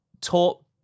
taught